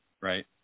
right